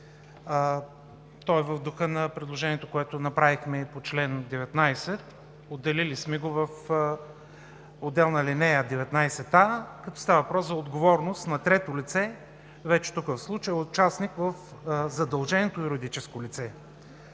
То е в духа на предложението, което направихме и по чл. 19. Отделили сме го в отделен чл. 19а, като става въпрос за отговорност на трето лице, вече тук в случая участник в задълженото юридическо лице.